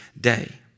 day